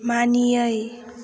मानियै